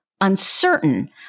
uncertain